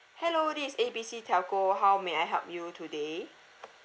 hello this is A B C telco how may I help you today